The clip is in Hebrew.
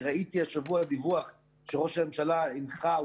אני ראיתי השבוע דיווח שראש הממשלה הנחה או